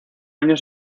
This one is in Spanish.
año